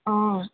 অঁ